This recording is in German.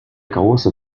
große